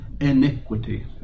iniquity